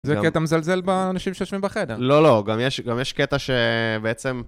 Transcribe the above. זה קטע מזלזל באנשים שיושבים בחדר. לא, לא, גם יש קטע שבעצם...